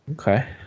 okay